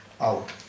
out